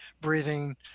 breathing